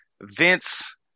Vince